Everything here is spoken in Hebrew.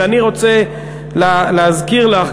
ואני רוצה להזכיר לך,